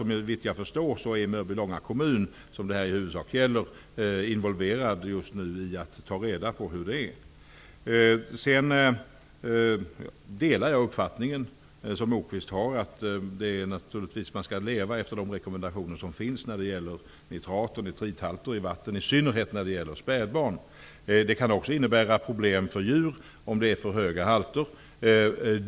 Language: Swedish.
Såvitt jag förstår är Mörbylånga kommun, som det i huvudsak gäller, involverad i att ta reda på det. Jag delar Lars Moquists uppfattning att man naturligtvis skall leva efter de rekommendationer som finns för nitrat och nitrithalter i vatten, i synnerhet när det gäller spädbarn. För höga halter kan också innebära problem för djur.